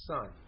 Son